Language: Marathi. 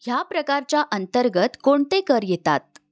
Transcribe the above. ह्या प्रकारच्या अंतर्गत कोणते कर येतात